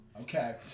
Okay